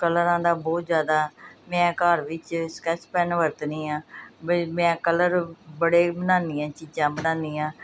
ਕਲਰਾਂ ਦਾ ਬਹੁਤ ਜਿਆਦਾ ਮੈਂ ਘਰ ਵਿੱਚ ਸਕੈਚ ਪੈੱਨ ਵਰਤਦੀ ਆ ਮੈਂ ਕਲਰ ਬੜੇ ਬਣਾਉਨੀ ਆ ਚੀਜ਼ਾਂ ਬਣਾਉਦੀ ਆ